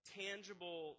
tangible